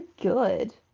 good